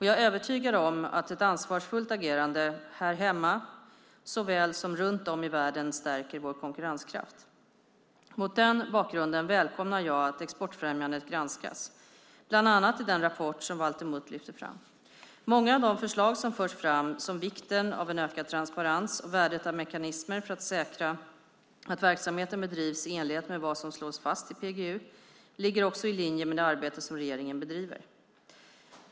Jag är övertygad om att ett ansvarsfullt agerande såväl här hemma som runt om i världen stärker vår konkurrenskraft. Mot den bakgrunden välkomnar jag att exportfrämjandet granskas, bland annat i den rapport som Valter Mutt lyfter fram. Många av de förslag som förs fram, som vikten av en ökad transparens och värdet av mekanismer för att säkra att verksamheten bedrivs i enlighet med vad som slås fast i PGU, ligger också i linje med det arbete som regeringen bedriver.